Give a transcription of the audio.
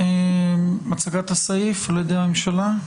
הצגת הסעיף על ידי הממשלה.